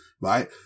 right